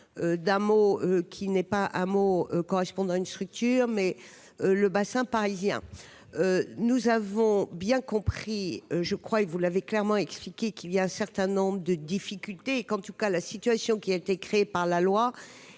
d'un mot qui n'est pas un mot correspondent à une structure mais le Bassin parisien, nous avons bien compris, je crois que vous l'avez clairement expliqué qu'il y a un certain nombre de difficultés et qu'en tout cas la situation qui a été créé par la loi